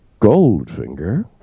Goldfinger